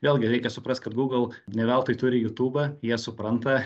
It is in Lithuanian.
vėlgi reikia suprast kad google ne veltui turi jutūbą jie supranta